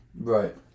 Right